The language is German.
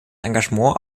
engagement